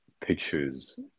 pictures